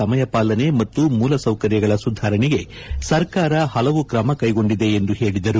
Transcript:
ಸಮಯ ಪಾಲನೆ ಮತ್ತು ಮೂಲಸೌಕರ್ಯಗಳ ಸುಧಾರಣೆಗೆ ಸರ್ಕಾರ ಹಲವು ಕ್ರಮ ಕೈಗೊಂಡಿದೆ ಎಂದು ಹೇಳಿದರು